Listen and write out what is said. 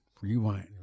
rewind